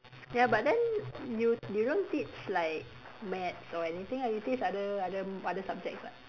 ya but then you you don't teach like maths or anything ah you teach other other other subjects [what]